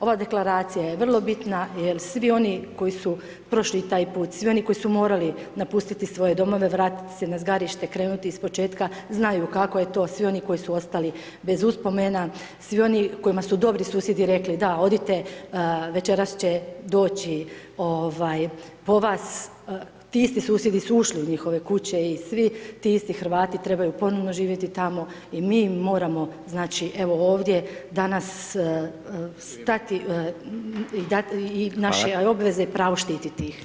Ova deklaracija je vrlo bitna, jer svi oni koji su prošli taj put, svi oni koji su morali napustiti svoje domove, vratit se na zgarište, krenuti iz početka znaju kako je to, svi oni koji su ostali bez uspomena, svi oni kojima su dobri susjedi rekli, da odite večeras će doći po vas, ti isti susjedi su ušli u njihove kuće i svi ti isti Hrvati trebaju ponovo živjeti tamo i mi im moramo znači evo ovdje danas stati i naša je obveza i pravo štititi ih.